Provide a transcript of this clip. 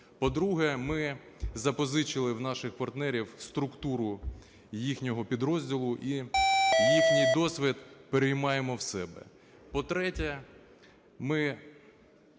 По-друге, ми запозичили в наших партнерів структуру їхнього підрозділу і їхній досвід переймаємо в себе. По-третє, ми